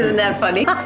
that but